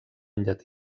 llatí